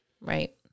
Right